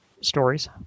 stories